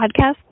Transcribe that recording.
podcast